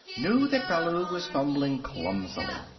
knew that ballou was fumbling clumsily.